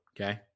okay